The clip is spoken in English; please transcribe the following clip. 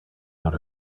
out